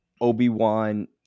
Obi-Wan